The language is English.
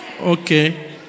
Okay